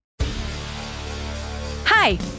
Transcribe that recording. Hi